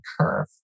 curve